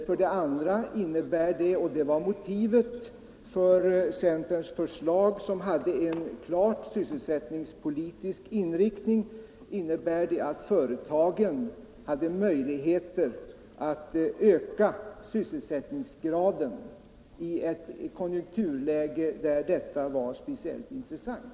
För det andra innebär det — och det var motivet för centerns förslag, som hade en klart sysselsättningspolitisk inriktning — att företagen skulle få möjligheter att öka sysselsättningsgraden i ett konjunkturläge där detta var speciellt intressant.